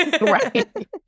Right